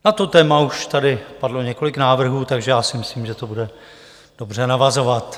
Na to téma už tady padlo několik návrhů, takže já si myslím, že to bude dobře navazovat.